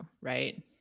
right